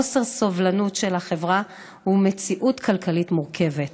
חוסר סובלנות של החברה ומציאות כלכלית מורכבת.